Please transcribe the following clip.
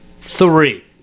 Three